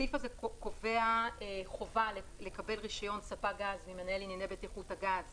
הסעיף הזה קובע חובה לקבל רישיון ספק גז ממנהל לענייני בטיחות הגז